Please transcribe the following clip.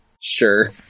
Sure